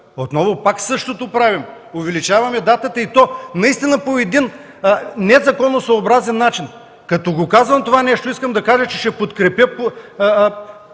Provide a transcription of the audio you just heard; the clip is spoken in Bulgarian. Отново същото правим – увеличаваме датата и то наистина по един незаконосъобразен начин. Като казвам това нещо, искам да кажа, че ще подкрепя